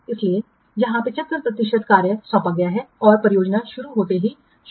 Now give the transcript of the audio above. इसलिए यहां 75 प्रतिशत कार्य सौंपा गया है और परियोजना शुरू होते ही शुरू हो जाएगा